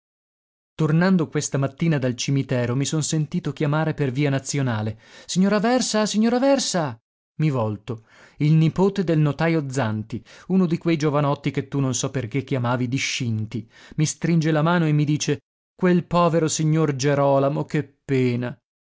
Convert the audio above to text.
tornando questa mattina dal cimitero mi son sentito chiamare per via nazionale l'uomo solo luigi pirandello signor erano i volto il nipote del notajo zanti uno di quei giovanotti che tu non so perché chiamavi discinti i stringe la mano e mi dice quel povero signor gerolamo che pena